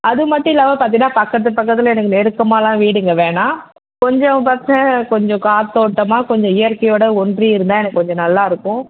அது மட்டும் இல்லாமல் பார்த்தீங்கன்னா பக்கத்து பக்கத்தில் எனக்கு நெருக்கமாகலாம் வீடுங்கள் வேணாம் கொஞ்சம் பக்கம் கொஞ்சம் காற்றோட்டமா கொஞ்சம் இயற்கையோடு ஒன்றி இருந்தால் எனக்கு கொஞ்சம் நல்லா இருக்கும்